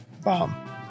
bomb